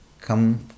come